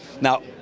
now